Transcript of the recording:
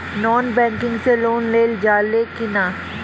Non banking से loan लेल जा ले कि ना?